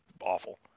awful